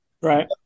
Right